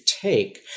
take